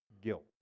guilt